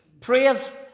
prayers